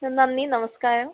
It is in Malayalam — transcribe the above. നന്ദി നമസ്കാരം